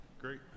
Great